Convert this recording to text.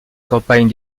campagne